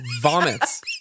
vomits